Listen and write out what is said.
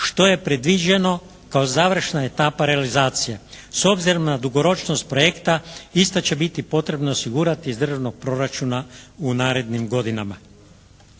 što je predviđeno kao završna etapa realizacije. S obzirom na dugoročnost projekta ista će biti potrebno osigurati iz državnog proračuna u narednim godinama.